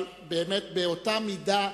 אבל באמת באותה מידה,